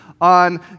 On